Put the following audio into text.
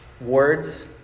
words